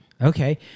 Okay